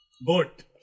Boat